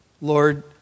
Lord